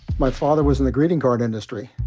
my father was in the greeting card industry.